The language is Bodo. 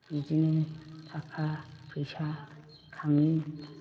बिदिनो थाखा फैसा खाङो